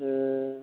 ए